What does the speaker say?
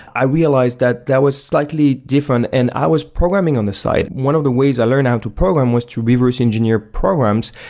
i realized that that was slightly different, and i was programming on the side one of the ways i learned how to program was to reverse-engineer programs,